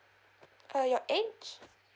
uh your age